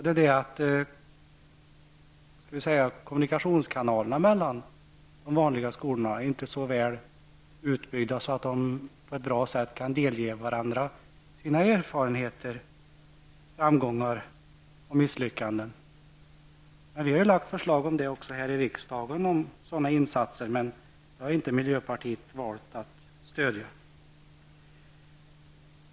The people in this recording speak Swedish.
Ett problem är att kommunikationskanalerna mellan de vanliga skolorna inte är så väl utbyggda, att skolorna på ett bra sätt kan delge varandra sina erfarenheter, framgångar och misslyckanden. Vi har i riksdagen lagt fram förslag om insatser på detta område, men dessa har miljöpartiet valt att inte stödja.